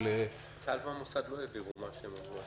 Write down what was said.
--- צה"ל והמוסד לא העבירו את מה שהם אמרו.